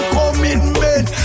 commitment